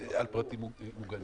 על פרטים מוגנים.